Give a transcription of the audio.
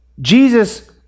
Jesus